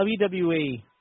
WWE